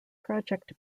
project